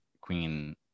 queen